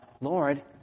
Lord